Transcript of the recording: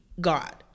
God